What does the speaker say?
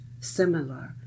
similar